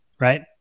right